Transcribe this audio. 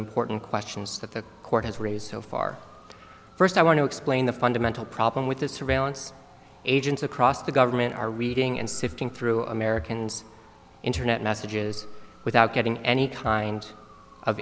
important questions that the court has raised so far first i want to explain the fundamental problem with this surveillance agents across the government are reading and sifting through americans internet messages without getting any kind of